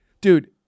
Dude